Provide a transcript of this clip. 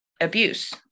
abuse